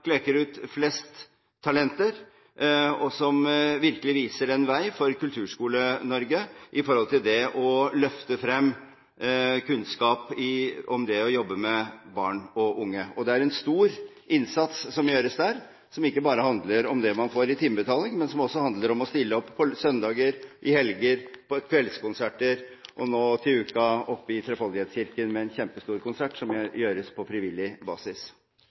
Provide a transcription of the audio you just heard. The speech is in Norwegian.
klekker ut flest talenter, og som virkelig viser en vei for Kulturskole-Norge når det gjelder det å løfte frem kunnskap om det å jobbe med barn og unge. Det er en stor innsats som gjøres der, som ikke bare handler om det man får i timebetaling, men som også handler om å stille opp på søndager, i helger, på kveldskonserter og nå til uka i Trefoldighetskirken med en kjempestor konsert, som gjøres på frivillig basis.